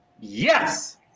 Yes